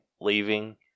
leaving